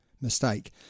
mistake